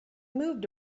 moved